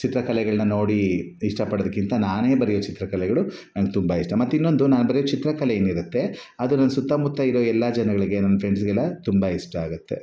ಚಿತ್ರಕಲೆಗಳನ್ನ ನೋಡಿ ಇಷ್ಟಪಡೋದಕ್ಕಿಂತ ನಾನೇ ಬರಿಯೋ ಚಿತ್ರಕಲೆಗಳು ನನಗೆ ತುಂಬ ಇಷ್ಟ ಮತ್ತೆ ಇನ್ನೊಂದು ನಾನು ಬರಿಯೋ ಚಿತ್ರಕಲೆ ಏನಿರುತ್ತೆ ಅದು ನನ್ನ ಸುತ್ತಮುತ್ತ ಇರುವ ಎಲ್ಲ ಜನಗಳಿಗೆ ನನ್ನ ಫ್ರೆಂಡ್ಸ್ಗೆಲ್ಲ ತುಂಬ ಇಷ್ಟ ಆಗುತ್ತೆ